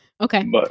Okay